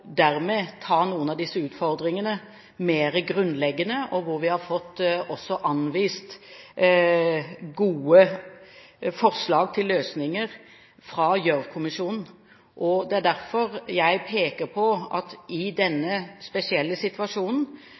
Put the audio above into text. ta noen av disse utfordringene mer grunnleggende. Vi har også fått anvist gode forslag til løsninger fra Gjørv-kommisjonen. Det er derfor jeg i denne spesielle situasjonen